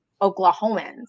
Oklahomans